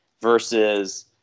versus